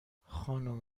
خانم